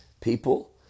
People